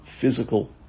physical